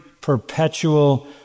perpetual